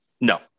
No